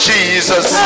Jesus